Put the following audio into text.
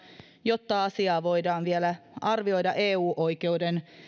jotta asiaa voidaan vielä arvioida eu oikeuden